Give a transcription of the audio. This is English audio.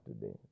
today